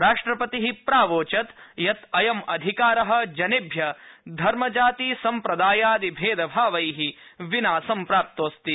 राष्ट्रपतिः प्रावोचत् यत् अयमधिकारः जनेभ्यः धर्म जाति सम्प्रदायादिभेदभावैः विना संप्राप्तोस्ति